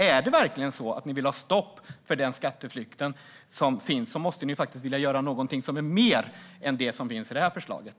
Är det verkligen så att ni vill ha stopp för den skatteflykt som finns måste ni vilja göra någonting som är mer än det som finns i förslaget.